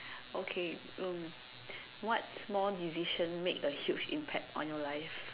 okay um what small decision made a huge impact on your life